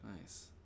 Nice